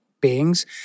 beings